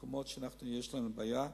מקומות שבהם יש לנו בעיה.